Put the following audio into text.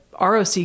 ROC